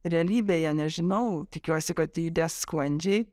realybėje nežinau tikiuosi kad judės sklandžiai